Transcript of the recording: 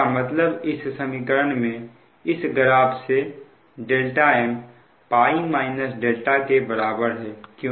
इसका मतलब इस समीकरण में इस ग्राफ से m δ के बराबर है